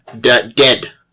dead